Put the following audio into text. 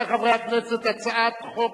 שיהיו כולם